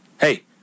Hey